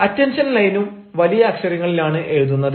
attention ലൈനും വലിയ അക്ഷരങ്ങളിൽ ആണ് എഴുതുന്നത്